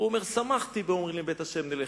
והוא אומר: "שמחתי באמרים לי בית ה' נלך".